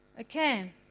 Okay